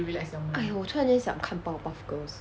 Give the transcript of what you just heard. !aiyo! 我突然间想看 powerpuff girls